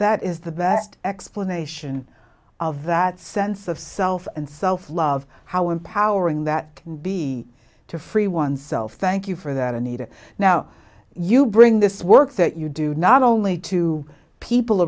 that is the best explanation of that sense of self and self love how empowering that can be to free oneself thank you for that anita now you bring this work that you do not only to people